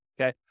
Okay